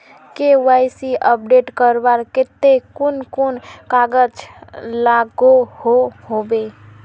KYC update करवार केते कुन कुन कागज लागोहो होबे?